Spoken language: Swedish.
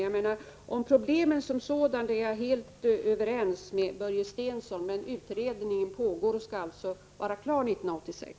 Jag är däremot helt överens med Börje Stensson om problemen som sådana, och den utredning som pågår skall vara klar 1986.